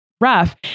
rough